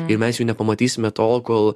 ir mes jų nepamatysime tol kol